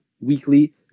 Weekly